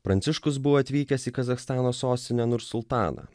pranciškus buvo atvykęs į kazachstano sostinę nursultaną